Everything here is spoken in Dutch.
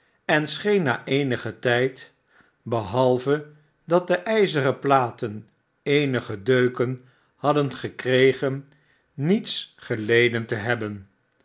en scheen na eenigen tijd behalve dat de ijzeren platen eenige deuken hadden gekregen niets geleden te hebben